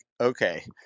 okay